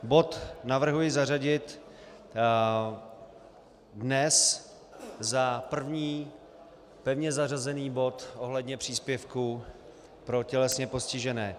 Bod navrhuji zařadit dnes za první pevně zařazený bod ohledně příspěvku pro tělesně postižené.